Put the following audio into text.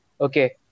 Okay